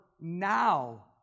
now